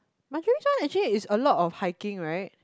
Majerus one actually is a lot of hiking [right]